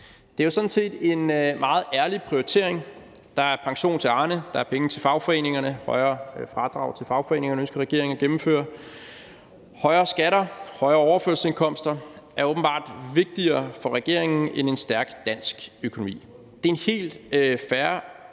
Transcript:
Det er jo sådan set en meget ærlig prioritering. Der er pension til Arne, og der er penge til fagforeningerne – højere fradrag til fagforeningerne ønsker regeringen at gennemføre. Højere skatter og højere overførselsindkomster er åbenbart vigtigere for regeringen end en stærk dansk økonomi. Det er en helt fair